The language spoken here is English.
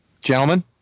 Gentlemen